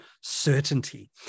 certainty